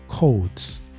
codes